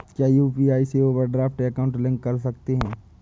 क्या यू.पी.आई से overdraft account link कर सकते हैं?